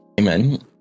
amen